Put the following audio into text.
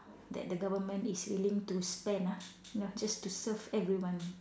that the government is willing to spend ah you know just to serve everyone